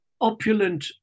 opulent